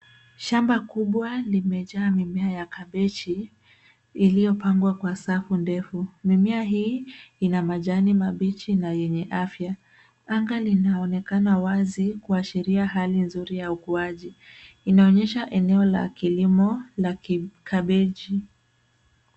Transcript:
Shamba kubwa limejaa mimea ya kabichi, iliyopangwa kwa safu ndefu. Mimea hii ina majani mabichi na yenye afya. Anga linaonekana wazi kuashiria hali nzuri ya ukuaji. Inaonyesha eneo la kilimo la kabichi.